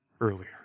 earlier